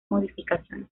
modificaciones